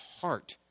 heart